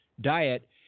diet